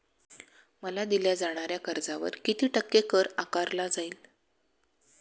मला दिल्या जाणाऱ्या कर्जावर किती टक्के कर आकारला जाईल?